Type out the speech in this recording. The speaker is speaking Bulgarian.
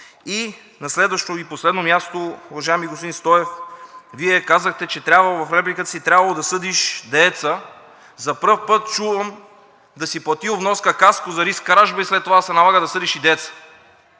И на следващо и последно място, уважаеми господин Стоев, Вие казахте в репликата си, че трябвало да съдиш дееца. За пръв път чувам да си платил вноска „Каско“ за риск „Кражба“ и след това да се налага да съдиш и дееца.